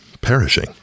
perishing